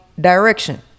direction